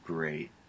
Great